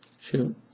shoot